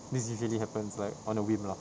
this usually happens like on a whim lah